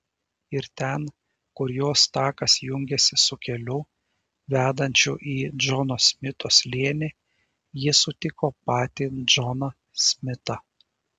ir ten kur jos takas jungėsi su keliu vedančiu į džono smito slėnį ji sutiko patį džoną smitą